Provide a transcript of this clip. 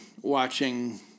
watching